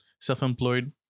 self-employed